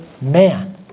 man